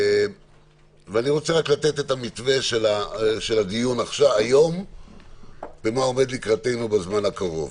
אני רוצה רק לתת את המתווה של הדיון היום ומה עומד לקראתנו בזמן הקרוב.